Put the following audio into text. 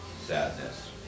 sadness